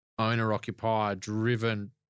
owner-occupier-driven